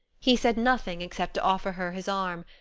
he said nothing except to offer her his arm,